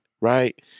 right